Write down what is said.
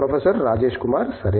professor Rajesh Kumar సరే